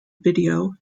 video